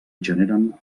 generen